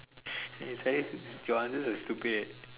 eh sorry your answer is stupid